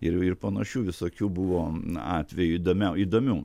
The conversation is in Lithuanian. ir ir panašių visokių buvo atvejų įdomiau įdomių